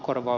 puhemies